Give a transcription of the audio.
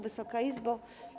Wysoka Izbo!